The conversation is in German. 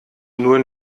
nur